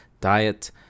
Diet